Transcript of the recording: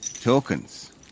Tokens